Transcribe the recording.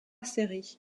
série